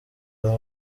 aha